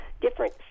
different